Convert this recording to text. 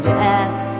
death